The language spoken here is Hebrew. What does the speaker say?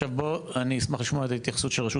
אני אשמח לשמוע את ההתייחסות של רשות